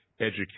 educate